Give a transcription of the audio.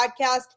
podcast